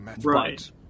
Right